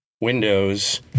windows